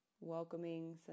welcoming